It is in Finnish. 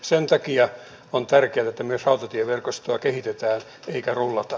sen takia on tärkeätä että myös rautatieverkostoa kehitetään eikä rullata